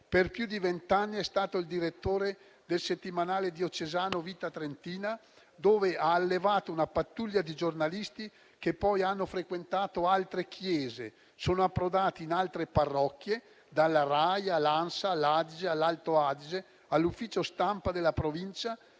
per più di vent'anni è stato il direttore del settimanale diocesano «Vita Trentina», presso il quale ha allevato una pattuglia di giornalisti che poi hanno frequentato altre chiese, sono approdati in altre parrocchie, dalla RAI all'Ansa, all'AGI, all'Alto Adige e all'ufficio stampa della Provincia,